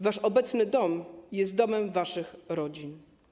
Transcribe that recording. Wasz obecny dom jest domem waszych rodzin.